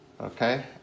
Okay